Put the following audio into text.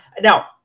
Now